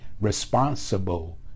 responsible